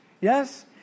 Yes